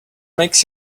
makes